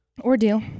Ordeal